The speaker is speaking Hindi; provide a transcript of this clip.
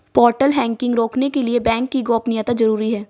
पोर्टल हैकिंग रोकने के लिए बैंक की गोपनीयता जरूरी हैं